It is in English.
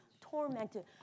tormented